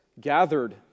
gathered